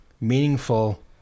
meaningful